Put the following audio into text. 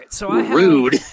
rude